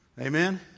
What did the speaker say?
Amen